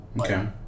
Okay